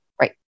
Right